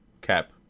Cap